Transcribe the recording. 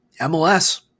MLS